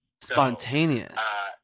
Spontaneous